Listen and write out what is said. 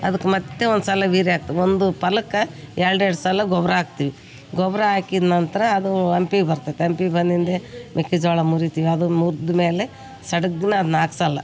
ಅದಕ್ಕೆ ಮತ್ತು ಒಂದುಸಲ ವೀರ್ಯ ಹಾಕ್ತಿವ್ ಒಂದು ಪಲ್ಲಕ್ಕ ಎರಡು ಎರಡು ಸಲ ಗೊಬ್ಬರ ಹಾಕ್ತಿವಿ ಗೊಬ್ಬರ ಹಾಕಿದ್ ನಂತರ ಅದು ಅಂಪಿಗೆ ಬರ್ತತೆ ಅಂಪಿಗ್ ಬಂದಿಂದೆ ಮೆಕ್ಕೆಜೋಳ ಮುರಿತೀವಿ ಅದನ್ನು ಮುರಿದ್ಮೇಲೆ ಸಡಗ್ನಾ ಅದ್ನ ಹಾಕ್ಸಲ್ಲಾ